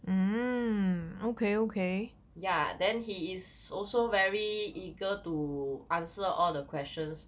ya then he is also very eager to answer all the questions